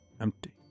Empty